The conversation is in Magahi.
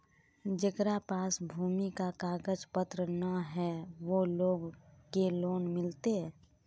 जेकरा पास भूमि का कागज पत्र न है वो लोग के लोन मिलते?